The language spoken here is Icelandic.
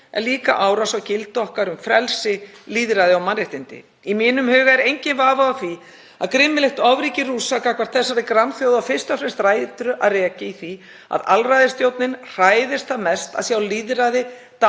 er líka árás á gildi okkar um frelsi, lýðræði og mannréttindi. Í mínum huga er enginn vafi á því að grimmilegt ofríki Rússa gagnvart þessari grannþjóð á fyrst og fremst rætur að rekja í því að alræðisstjórnin hræðist það mest að sjá lýðræði